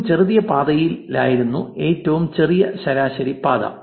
ഏറ്റവും ചെറിയ പാതയായിരുന്നു ഏറ്റവും ചെറിയ ശരാശരി പാത